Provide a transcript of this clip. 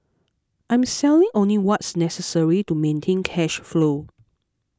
I'm selling only what's necessary to maintain cash flow